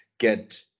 get